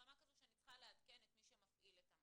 ברמה כזו שצריך לעדכן את מי שמפעיל את המעון.